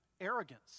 arrogance